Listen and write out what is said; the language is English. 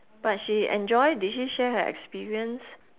but she enjoy did she share her experience